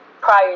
prior